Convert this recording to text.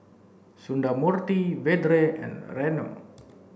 Sundramoorthy Vedre and Renu